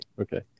Okay